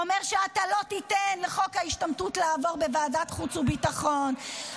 אומר שאתה לא תיתן לחוק ההשתמטות לעבור בחוץ וביטחון,